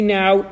now